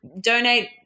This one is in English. donate